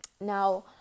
now